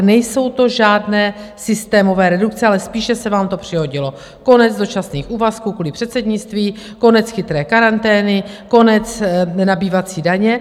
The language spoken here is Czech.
Nejsou to žádné systémové redukce, ale spíše se vám to přihodilo konec dočasných úvazků kvůli předsednictví, konec chytré karantény, konec nabývací daně.